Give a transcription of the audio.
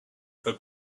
for